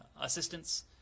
assistance